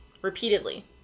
repeatedly